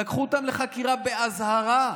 לקחו אותם לחקירה באזהרה.